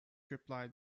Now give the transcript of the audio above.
replied